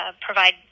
provide